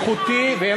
תבוא ותקרא